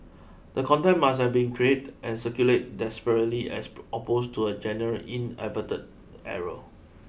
the content must have been create and circulate desperately as opposed to a general inadvertent error